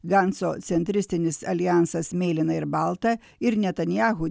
ganco centristinis aljansas mėlyna ir balta ir netanyahu